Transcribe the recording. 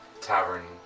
tavern